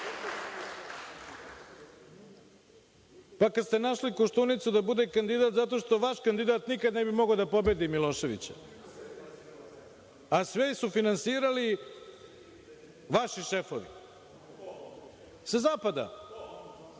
Pa, kada ste našli Koštunicu da bude kandidat zato što vaš kandidat nikada ne bi mogao da pobedi Miloševića, a sve su finansirali vaši šefovi sa zapada.(Zoran